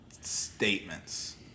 statements